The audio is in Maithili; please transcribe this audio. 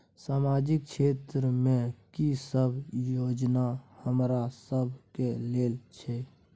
सामाजिक क्षेत्र में की सब योजना हमरा सब के लेल छै?